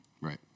Right